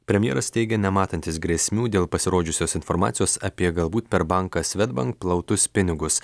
premjeras teigė nematantis grėsmių dėl pasirodžiusios informacijos apie galbūt per banką svedbank plautus pinigus